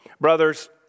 Brothers